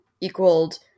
equaled